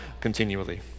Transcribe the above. continually